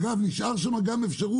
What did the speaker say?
אגב נשארה שם גם אפשרות